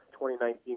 2019